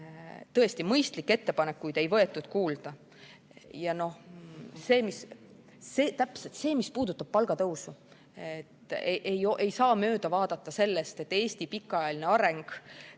tõesti, mõistlikke ettepanekuid ei võetud kuulda. Ja see, mis puudutab palgatõusu – ei saa mööda vaadata sellest, et ega Eesti pikaajaline areng